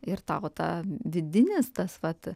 ir tavo ta vidinis tas pat